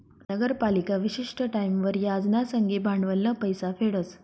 नगरपालिका विशिष्ट टाईमवर याज ना संगे भांडवलनं पैसा फेडस